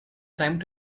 time